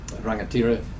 rangatira